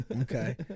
Okay